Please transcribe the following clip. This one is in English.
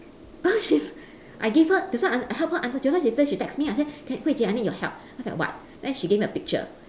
!huh! she's I give her that's why I I help her answer do you know what she say she text me I say can hui 姐 I need your help then I say what then she gave me a picture